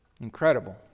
incredible